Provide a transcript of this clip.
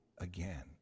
again